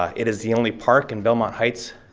ah it is the only park in belmont heights.